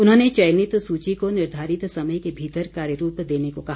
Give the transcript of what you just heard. उन्होंने चयनित सूची को निर्धारित समय के भीतर कार्यरूप देने को कहा